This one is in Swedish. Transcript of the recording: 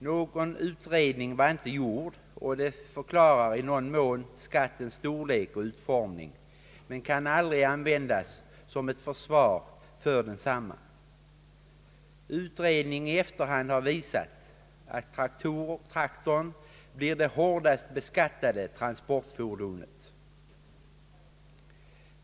Någon utredning var inte gjord och det förklarar i någon mån skattens storlek och utformning, men detta faktum kan aldrig användas som ett försvar för densamma. Utredning i efterhand har visat att traktorn blir det hårdast beskattade transportfordonet.